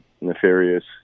nefarious